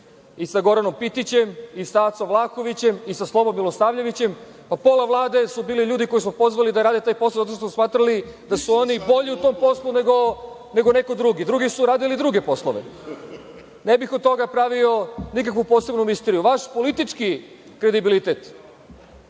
i sa Goranom Pitićem i sa Acom Vlahovićem i sa Slobom Milosavljevićem. Pola Vlade su bili ljudi koje smo pozvali da rade taj posao zato što smo smatrali da su oni bolji u tom poslu nego neko drugi. Drugi su radili druge poslove. Ne bih od toga pravio nekakvu posebnu misteriju. Vaš politički kredibilitet